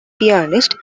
pianist